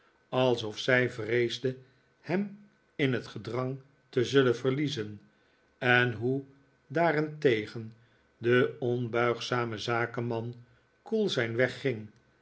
alsof zij vreesde hem in het gedrang te zullen verliezen en hoe daarentegen de onbuigzame zakenman koel zijn weg